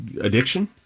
addiction